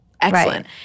Excellent